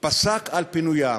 פסק על פינוים.